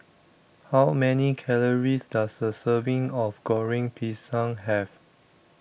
How Many Calories Does A Serving of Goreng Pisang Have